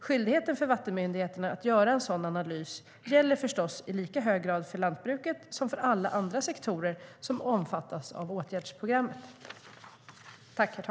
Skyldigheten för vattenmyndigheterna att göra en sådan analys gäller förstås i lika hög grad för lantbruket som för alla andra sektorer som omfattas av åtgärdsprogrammet.